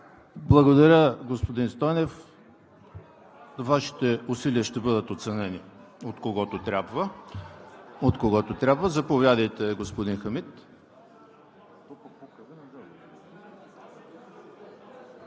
Благодаря, господин Стойнев. Вашите усилия ще бъдат оценени от когото трябва. Заповядайте, господин Хамид.